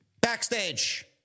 Backstage